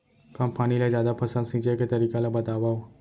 कम पानी ले जादा फसल सींचे के तरीका ला बतावव?